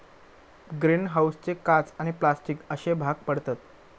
green हाऊसचे काच आणि प्लास्टिक अश्ये भाग पडतत